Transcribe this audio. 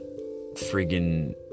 friggin